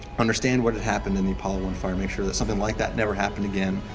understand what had happened in the apollo one fire make sure that something like that never happen again,